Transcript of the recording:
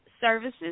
Services